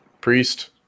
Priest